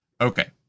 Okay